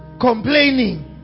complaining